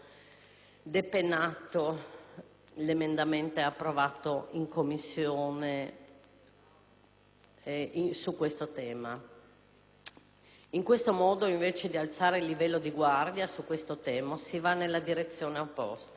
è stato depennato l'emendamento approvato in Commissione su questo tema. In questo modo, invece di alzare il livello di guardia sull'argomento si va nella direzione opposta.